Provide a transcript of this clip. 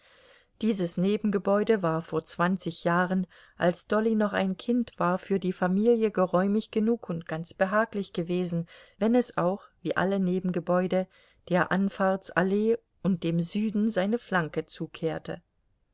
dieses nebengebäude war vor zwanzig jahren als dolly noch ein kind war für die familie geräumig genug und ganz behaglich gewesen wenn es auch wie alle nebengebäude der anfahrtsallee und dem süden seine flanke zukehrte